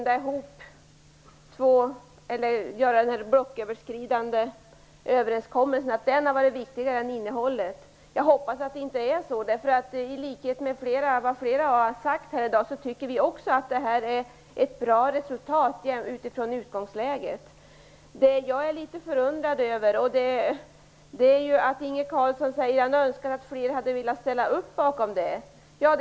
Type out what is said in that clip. Den blocköverskridande överenskommelsen har kanske varit viktigare än innehållet. Jag hoppas att det inte är så. I likhet med vad flera har sagt här i dag tycker vi också att det är ett bra resultat utifrån utgångsläget. Det jag är litet förundrad över är att Inge Carlsson säger att han önskar att fler hade velat ställa upp bakom uppgörelsen.